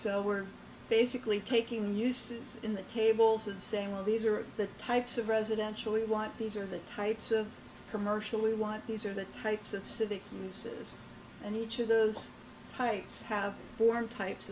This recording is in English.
so we're basically taking uses in the tables and saying well these are the types of residential we want these are the types of commercial we want these are the types of city misses and each of those types have form types